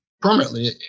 permanently